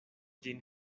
ĝin